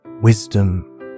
Wisdom